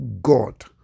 God